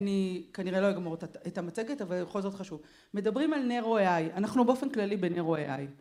אני כנראה לא אגמור את המצגת אבל בכל זאת חשוב מדברים על Narrow AI אנחנו באופן כללי ב-Narrow AI